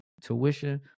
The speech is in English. tuition